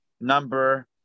number